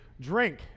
Drink